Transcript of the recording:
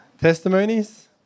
testimonies